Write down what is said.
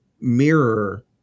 mirror